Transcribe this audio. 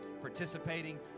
participating